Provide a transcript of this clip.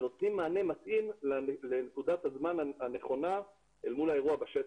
שנותנים מענה מתאים לנקודת הזמן הנכונה אל מול האירוע בשטח.